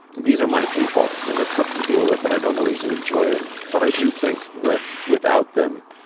these are my people. and they're tough to deal with, and i don't always enjoy them. but i do think that without them,